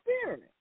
Spirit